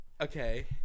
Okay